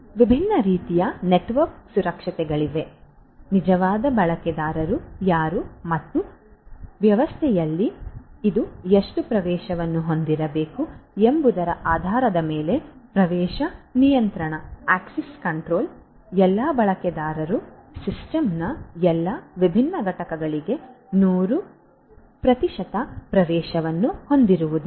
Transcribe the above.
ವಿಭಿನ್ನ ರೀತಿಯ ನೆಟ್ವರ್ಕ್ ಸುರಕ್ಷತೆಗಳಿವೆ ನಿಜವಾದ ಬಳಕೆದಾರರು ಯಾರು ಮತ್ತು ವ್ಯವಸ್ಥೆಯಲ್ಲಿ ಇದು ಎಷ್ಟು ಪ್ರವೇಶವನ್ನು ಹೊಂದಿರಬೇಕು ಎಂಬುದರ ಆಧಾರದ ಮೇಲೆ ಪ್ರವೇಶ ನಿಯಂತ್ರಣ ಎಲ್ಲಾ ಬಳಕೆದಾರರು ಸಿಸ್ಟಮ್ನ ಎಲ್ಲಾ ವಿಭಿನ್ನ ಘಟಕಗಳಿಗೆ 100 ಪ್ರತಿಶತ ಪ್ರವೇಶವನ್ನು ಹೊಂದಿರುವುದಿಲ್ಲ